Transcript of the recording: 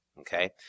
Okay